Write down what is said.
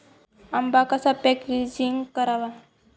आंबा कसा पॅकेजिंग करावा?